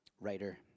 writer